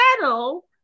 settle